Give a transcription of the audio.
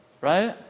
right